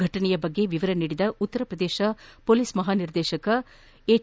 ಘಟನೆಯ ಬಗ್ಗೆ ವಿವರ ನೀಡಿದ ಉತ್ತರ ಪ್ರದೇಶ ಪೊಲೀಸ್ ಮಹಾನಿರ್ದೇಶಕ ಎಚ್